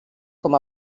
com